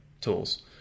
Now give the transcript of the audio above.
tools